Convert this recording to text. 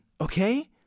Okay